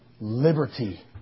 liberty